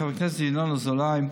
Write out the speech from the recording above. חבר הכנסת ינון אזולאי,